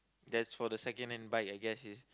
there's for the secondhand bike I guess is